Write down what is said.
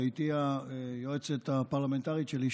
ואיתי היועצת הפרלמנטרית שלי,